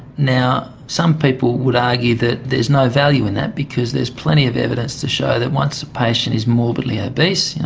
now, some people would argue that there is no value in that because there's plenty of evidence to show that once a patient is morbidly obese, yeah